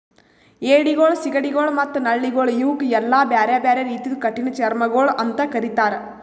ಏಡಿಗೊಳ್, ಸೀಗಡಿಗೊಳ್ ಮತ್ತ ನಳ್ಳಿಗೊಳ್ ಇವುಕ್ ಎಲ್ಲಾ ಬ್ಯಾರೆ ಬ್ಯಾರೆ ರೀತಿದು ಕಠಿಣ ಚರ್ಮಿಗೊಳ್ ಅಂತ್ ಕರಿತ್ತಾರ್